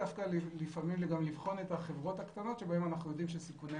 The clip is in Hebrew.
לפעמים גם לבחון את החברות הקטנות שבהם אנחנו יודעים שסיכוני